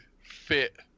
fit